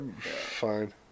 Fine